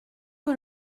que